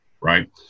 right